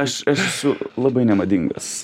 aš esu labai nemadingas